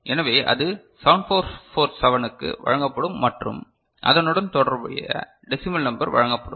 எனவே அது 7447 க்கு வழங்கப்படும் மற்றும் அதனுடன் தொடர்புடைய டெசிமல் நம்பர் வழங்கப்படும்